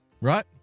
right